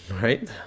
right